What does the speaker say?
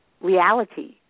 reality